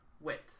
width